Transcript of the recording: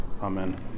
Amen